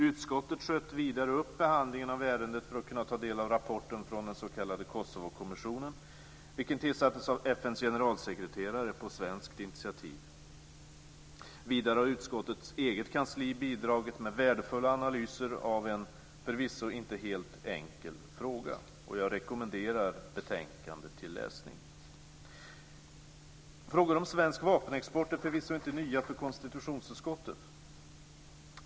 Utskottet sköt vidare upp behandlingen av ärendet för att kunna ta del av rapporten från den s.k. Kosovokommissionen, vilken tillsattes av FN:s generalsekreterare på svenskt initiativ. Dessutom har utskottets eget kansli bidragit med värdefulla analyser av en förvisso inte helt enkel fråga. Jag rekommenderar betänkandet till läsning. Frågor om svensk vapenexport är förvisso inte nya för konstitutionsutskottet.